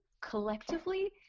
collectively